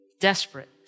Desperate